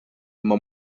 imma